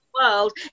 World